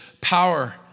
power